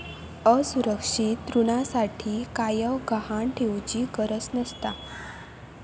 असुरक्षित ऋणासाठी कायव गहाण ठेउचि गरज नसता